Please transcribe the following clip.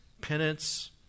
penance